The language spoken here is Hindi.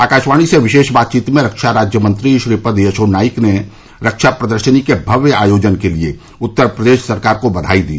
आकाशवाणी से विशेष बातचीत में रक्षा राज्य मंत्री श्रीपद यशो नाईक ने रक्षा प्रदर्शनी के भव्य आयोजन के लिए उत्तर प्रदेश सरकार को बधाई दी